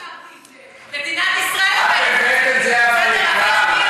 לא אני אמרתי את זה, מדינת ישראל אמרה את זה.